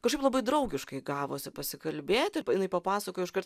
kažkaip labai draugiškai gavosi pasikalbėti jinai papasakojo iškart